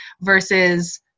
versus